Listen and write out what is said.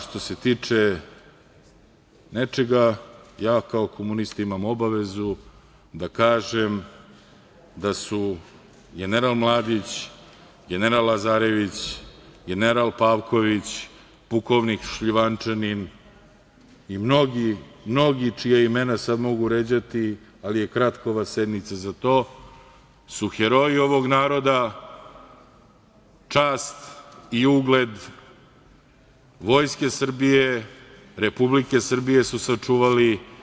Što se tiče nečega, ja kao komunista imam obavezu da kažem da su general Mladić, general Lazarević, general Pavković, pukovnik Šljivančanin i mnogi, mnogi, čija imena sada mogu ređati ali je kratka ova sednica za to, su heroji ovog naroda, čast i ugled vojske Srbije, Republike Srbije su sačuvali.